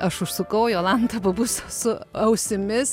aš užsukau jolanta pabus su ausimis